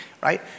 right